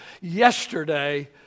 yesterday